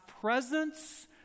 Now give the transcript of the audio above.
presence